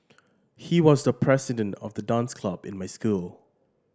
he was the president of the dance club in my school